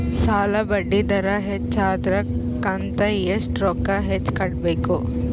ಸಾಲಾ ಬಡ್ಡಿ ದರ ಹೆಚ್ಚ ಆದ್ರ ಕಂತ ಎಷ್ಟ ರೊಕ್ಕ ಹೆಚ್ಚ ಕಟ್ಟಬೇಕು?